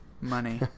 money